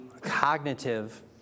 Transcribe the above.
cognitive